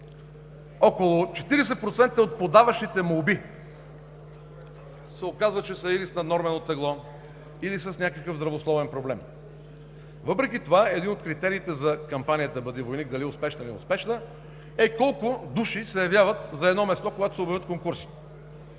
Около 40% от подаващите молби се оказва, че са или с наднормено тегло, или с някакъв здравословен проблем. Въпреки това, един от критериите за кампанията „Бъди войник“ – дали успешна, или неуспешна, е колко души се явяват за едно място, когато се обявяват конкурсите.